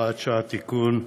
הוראת שעה) (תיקון),